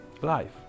Life